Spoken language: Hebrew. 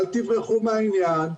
אל תברחו מהעניין,